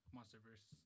Monsterverse